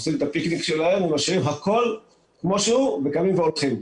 עושים את הפיקניק שלהם ומשאירים הכול כמו שהוא וקמים והולכים.